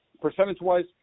Percentage-wise